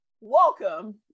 Welcome